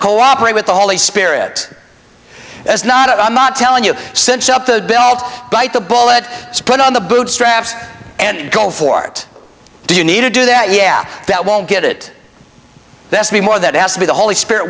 cooperate with the holy spirit is not i'm not telling you cinch up the belt bite the bullet split on the bootstraps and go for it do you need to do that yeah that won't get it that's me more that has to be the holy spirit